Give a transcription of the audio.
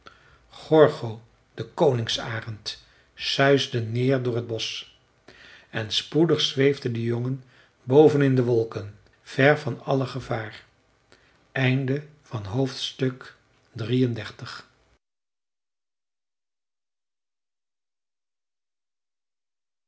gorgo de koningsarend suisde neer door t bosch en spoedig zweefde de jongen boven in de wolken ver van alle gevaar